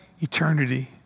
eternity